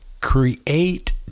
create